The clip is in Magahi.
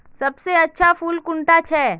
सबसे अच्छा फुल कुंडा छै?